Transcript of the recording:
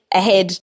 ahead